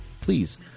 please